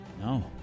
No